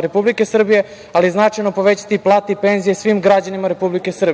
Republike Srbije, ali značajno i povećati i plate i penzije svim građanima Republike Srbije. Samo